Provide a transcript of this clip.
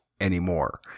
anymore